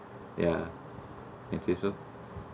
ya and also